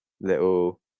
little